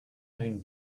own